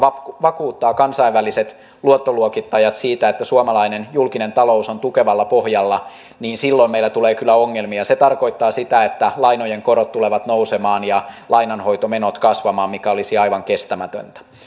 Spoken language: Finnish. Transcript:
vakuuttaa kansainväliset luottoluokittajat siitä että suomalainen julkinen talous on tukevalla pohjalla niin silloin meillä tulee kyllä ongelmia se tarkoittaa sitä että lainojen korot tulevat nousemaan ja lainanhoitomenot kasvamaan mikä olisi aivan kestämätöntä